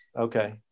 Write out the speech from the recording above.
Okay